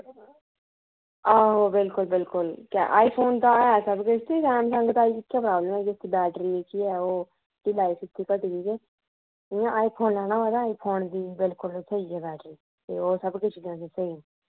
आहो बिल्कुल बिल्कुल ते आई फोन दा है सब कुछ ते सैमसंग दा इक्कै प्राब्लम ऐ कि उसदी बैटरी जेह्की है ओह् की लाइफ उसदी घटी दी ऐ इ'यां आई फोन लैना होऐ तां आई फोन दी बिल्कुल स्हेई ऐ बैटरी ते ओह् सब किश चीजां स्हेई न